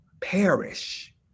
perish